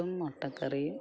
പുട്ടും മുട്ടക്കറിയും